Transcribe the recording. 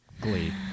Glee